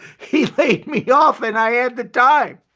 he laid me off and i had the time.